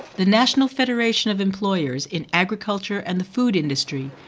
the national federation of employers in agriculture and the food industry,